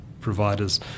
providers